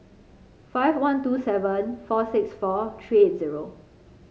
five one two seven four six four three eight zero